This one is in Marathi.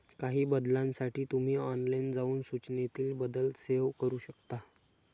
काही बदलांसाठी तुम्ही ऑनलाइन जाऊन सूचनेतील बदल सेव्ह करू शकता